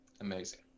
Amazing